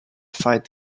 fight